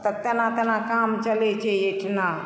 तऽ तेना तेना काम चलै छै एहिठमा